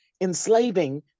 enslaving